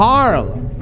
Harlem